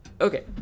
Okay